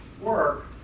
work